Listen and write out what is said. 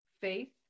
Faith